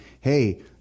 hey